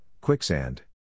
quicksand